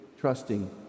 trusting